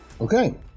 Okay